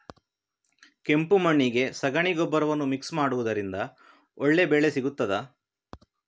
ಕೆಂಪು ಮಣ್ಣಿಗೆ ಸಗಣಿ ಗೊಬ್ಬರವನ್ನು ಮಿಕ್ಸ್ ಮಾಡುವುದರಿಂದ ಒಳ್ಳೆ ಬೆಳೆ ಸಿಗುತ್ತದಾ?